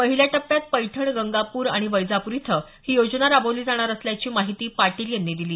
पहिल्या टप्प्यात पैठण गंगापूर आणि वैजापूर इथं ही योजना राबवली जाणार असल्याची माहिती पाटील यांनी दिली